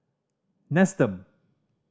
nestum